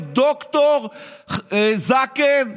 את ד"ר זקן,